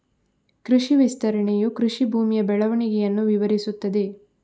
ಕೃಷಿ ವಿಸ್ತರಣೆಯು ಕೃಷಿ ಭೂಮಿಯ ಬೆಳವಣಿಗೆಯನ್ನು ವಿವರಿಸುತ್ತದೆ